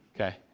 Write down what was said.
okay